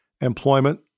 Employment